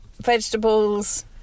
vegetables